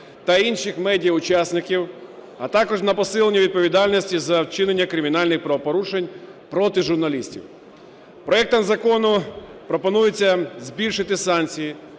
та інших медіа учасників, а також на посилення відповідальності за вчинення кримінальних правопорушень проти журналістів. Проектом Закону пропонується збільшити санкції